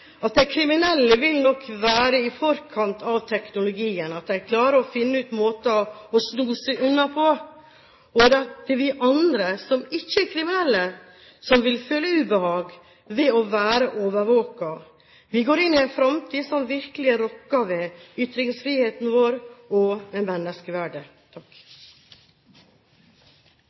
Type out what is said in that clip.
at de kriminelle vil nok være i forkant av teknologien, at de vil klare å finne ut måter å sno seg unna på, mens det er vi andre som ikke er kriminelle, som vil føle ubehag ved å være overvåket. Vi går inn i en fremtid som virkelig rokker ved ytringsfriheten vår og ved menneskeverdet.